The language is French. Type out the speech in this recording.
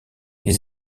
les